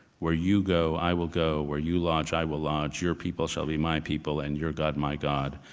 where you go, i will go. where you lodge, i will lodge. your people shall be my people and your god, my god.